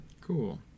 cool